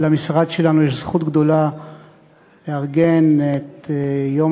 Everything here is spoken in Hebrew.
למשרד שלנו יש זכות גדולה לארגן את יום